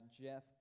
Jeff